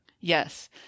yes